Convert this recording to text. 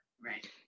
Right